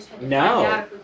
No